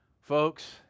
Folks